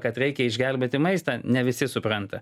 kad reikia išgelbėti maistą ne visi supranta